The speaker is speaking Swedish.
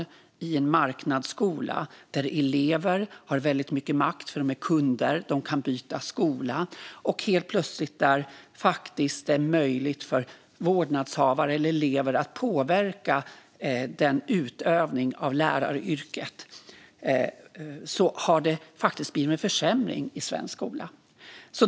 Det är en marknadsskola där elever har väldigt mycket makt, för de är kunder och kan byta skola, och det är faktiskt möjligt för vårdnadshavare eller elever att påverka hur läraryrket ska utövas.